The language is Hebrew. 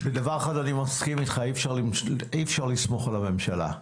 בדבר אחד אני מסכים איתך אי אפשר לסמוך על הממשלה.